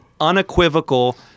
unequivocal